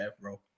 bro